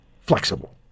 flexible